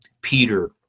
Peter